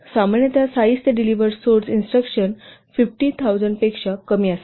तर सामान्यत साईज ते डेलिव्हर्ड सोर्स इंस्ट्रक्शन 50000 पेक्षा कमी असावे